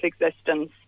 existence